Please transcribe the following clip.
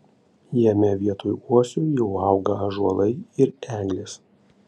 jame vietoj uosių jau auga ąžuolai ir eglės